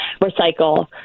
recycle